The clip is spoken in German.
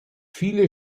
viele